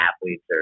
athletes